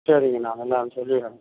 சரிங்க நான் என்னன்னு சொல்லிடுறேங்க